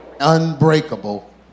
Unbreakable